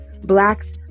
Blacks